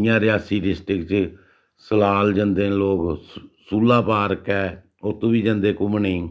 इयां रियासी डिस्ट्रिक च सलाल जंदे न लोक सुलापार्क ऐ उत्त बी जंदे घूमने गी